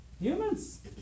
humans